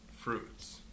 fruits